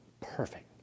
perfect